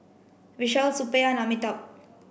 Vishal Suppiah Amitabh